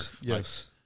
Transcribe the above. Yes